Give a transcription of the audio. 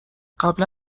قبلا